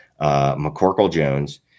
McCorkle-Jones